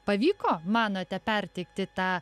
pavyko manote perteikti tą